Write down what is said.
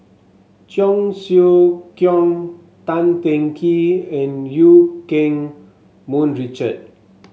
Cheong Siew Keong Tan Teng Kee and Eu Keng Mun Richard